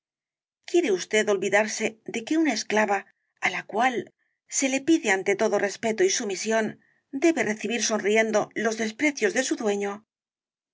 quiere usted olvidarse de que una esclava á la cual se le pide ante rosalía de castro todo respeto y sumisión debe recibir sonriendo los desprecios de su dueño